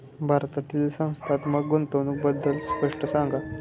भारतातील संस्थात्मक गुंतवणूक बद्दल स्पष्ट सांगा